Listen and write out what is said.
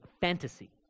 fantasy